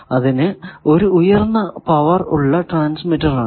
അത് ഒരു ഉയർന്ന പവർ ഉള്ള ട്രാൻസ്മിറ്റർ ആണ്